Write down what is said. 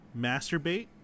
masturbate